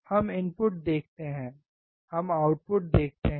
हम इनपुट देखते हैं हम आउटपुट देखते हैं